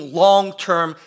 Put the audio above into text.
long-term